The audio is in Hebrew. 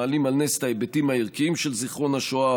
מעלים על נס את ההיבטים הערכיים של זיכרון השואה